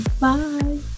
Bye